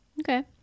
Okay